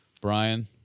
Brian